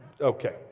Okay